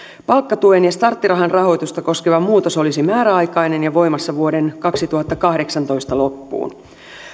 palkkatuen ja starttirahan rahoitusta koskeva muutos olisi määräaikainen ja voimassa vuoden kaksituhattakahdeksantoista loppuun